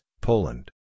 Poland